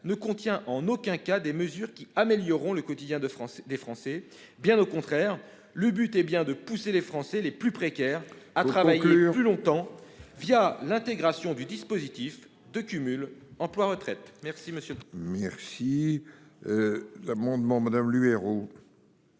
ne contient en aucun cas des mesures qui amélioreront le quotidien des Français, bien au contraire. Il faut conclure ! Son but est de pousser les Français les plus précaires à travailler plus longtemps l'intégration du dispositif de cumul emploi-retraite. La parole est